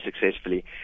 successfully